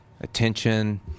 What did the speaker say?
attention